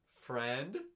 friend